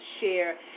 share